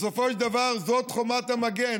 בסופו של דבר, זאת חומת המגן.